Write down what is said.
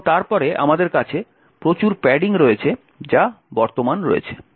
এবং তারপরে আমাদের কাছে প্রচুর প্যাডিং রয়েছে যা বর্তমান রয়েছে